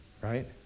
Right